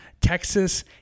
Texas